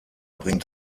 bringt